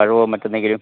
പഴമോ മറ്റെന്തെങ്കിലും